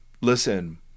Listen